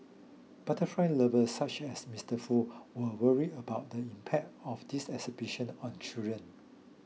butterfly lovers such as Mister Foo were worried about the impact of this exhibition on children